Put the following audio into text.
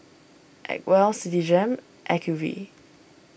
Acwell Citigem Acuvue